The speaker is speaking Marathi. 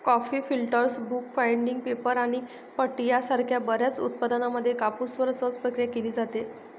coffee filters, book binding, paper आणि पट्टी यासारख्या बर्याच उत्पादनांमध्ये कापूसवर सहज प्रक्रिया केली जाते